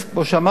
כמו שאמרתי,